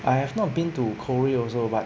I have not been to korea also but